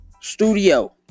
studio